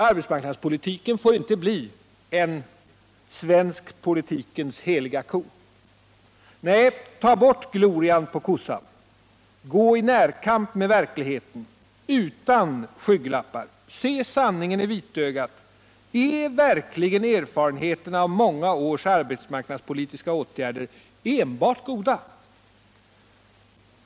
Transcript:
Arbetsmarknadspolitiken får inte bli en den svenska politikens heliga ko. Nej, ta bort glorian på kossan! Gå i närkamp med verkligheten utan skygglappar! Se sanningen i vitögat! Är verkligen erfarenheterna av många års arbetsmarknadspolitiska åtgärder enbart goda?